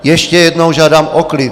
Ještě jednou žádám o klid.